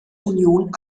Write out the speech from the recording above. union